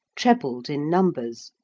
trebled in numbers,